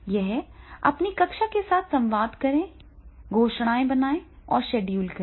यहां अपनी कक्षा के साथ संवाद करें घोषणाएं बनाएं और शेड्यूल करें